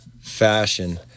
fashion